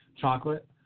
chocolate